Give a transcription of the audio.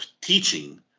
teaching